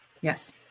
yes